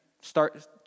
start